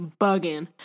bugging